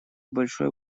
большой